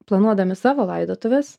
planuodami savo laidotuves